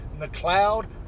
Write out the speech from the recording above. McLeod